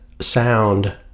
sound